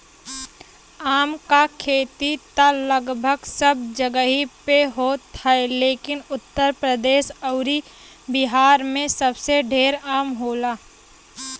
आम क खेती त लगभग सब जगही पे होत ह लेकिन उत्तर प्रदेश अउरी बिहार में सबसे ढेर आम होला